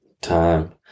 time